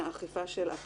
סעיף 28(א)(2) או (ב)(1)